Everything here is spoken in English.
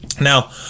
Now